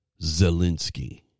Zelensky